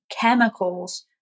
chemicals